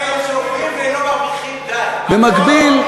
במקביל,